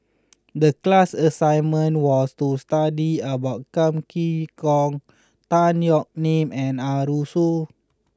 the class assignment was to study about Kam Kee Yong Tan Yeok Nee and Arasu